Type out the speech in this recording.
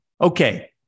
okay